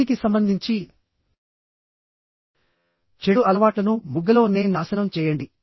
దీనికి సంబంధించి చెడు అలవాట్లను మొగ్గలో నే నాశనం చేయండి